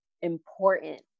important